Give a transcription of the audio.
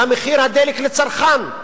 במחיר הדלק לצרכן.